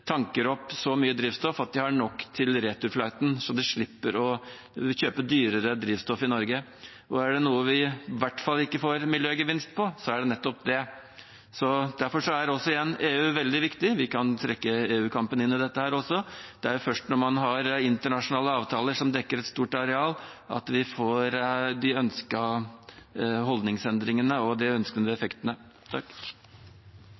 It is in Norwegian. tanker opp så mye drivstoff at de har nok til returflighten, så de slipper å kjøpe dyrere drivstoff i Norge. Er det noe vi i hvert fall ikke får miljøgevinst av, er det nettopp det. Derfor er – igjen – EU veldig viktig. Vi kan trekke EU-kampen inn i dette også. Det er først når man har internasjonale avtaler som dekker et stort areal, vi får de ønskede holdningsendringene og